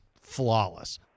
flawless